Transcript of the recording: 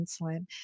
insulin